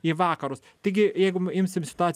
į vakarus taigi jeigu imsim situaciją